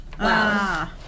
Wow